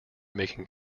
making